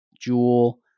jewel